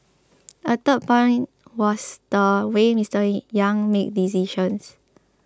a third point in was the way Mister Yang made decisions